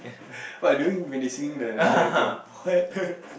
what doing when they singing the national anthem what